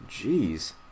Jeez